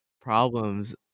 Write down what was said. problems